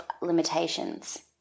limitations